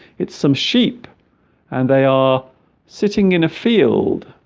it's some sheep and they are sitting in a field